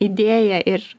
idėją ir